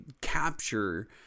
capture